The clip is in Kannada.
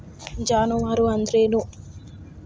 ಜಾನುವಾರು ಅಂದ್ರೇನು?